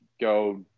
go